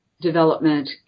development